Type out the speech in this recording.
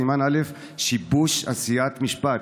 סימן א': שיבוש עשיית משפט.